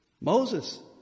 Moses